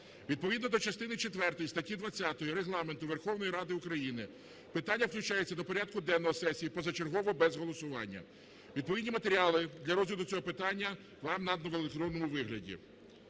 Відповідно до частини четвертої статті 20 Регламенту Верховної Ради України питання включається до порядку денного сесії позачергово, без голосування. Відповідні матеріали для розгляду цього питання вам надано в електронному вигляді.